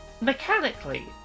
Mechanically